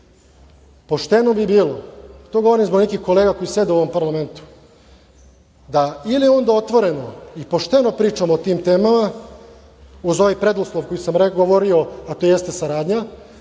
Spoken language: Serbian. pošteno bi bilo, to govorim zbog nekih kolega koje sede u ovom parlamentu, da ili onda otvoreno i pošteno pričamo o tim temama, uz onaj preduslov o kojem sam govorio, a to jeste saradnja,